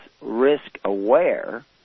risk-aware